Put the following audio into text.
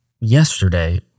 yesterday